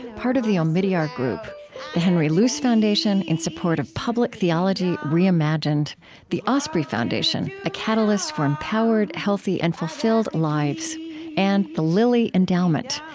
part of the omidyar group the henry luce foundation, in support of public theology reimagined the osprey foundation a catalyst for empowered, healthy, and fulfilled lives and the lilly endowment,